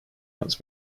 guns